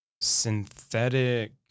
synthetic